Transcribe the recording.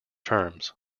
terms